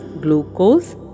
glucose